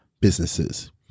businesses